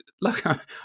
look